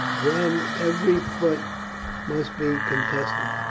then every foot must be contested.